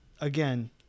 again